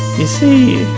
you see,